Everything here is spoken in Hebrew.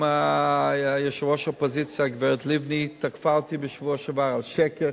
גם יושבת-ראש האופוזיציה הגברת לבני תקפה אותי בשבוע שעבר על שקר,